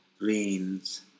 rains